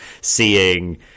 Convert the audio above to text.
seeing